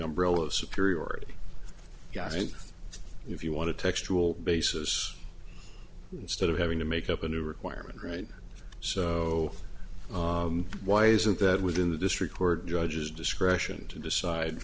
umbrella of superiority if you want to textual basis instead of having to make up a new requirement right so why isn't that within the district court judge's discretion to decide